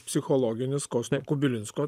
psichologinis kosto kubilinsko